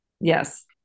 Yes